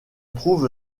trouve